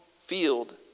field